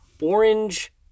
orange